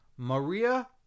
Maria